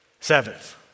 Seventh